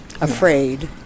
Afraid